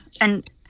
and-